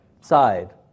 side